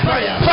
Fire